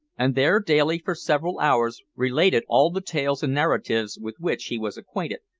and there daily, for several hours, related all the tales and narratives with which he was acquainted,